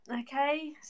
Okay